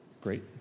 Great